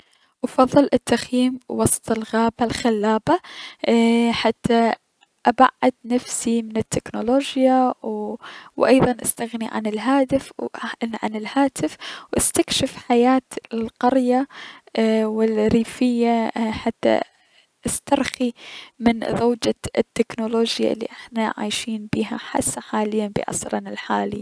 افضل التخييم وسط الغابة الخلابة حتى ابعد نفسي من التكنولوجيا و ايضا استغني من الهات- الهاتف و استكشف حياة القرية اي و الريفية حتى استرخي من ضوجة التكنولوجيا الي هسة عايشين بيها بعصرنا الحالي.